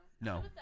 No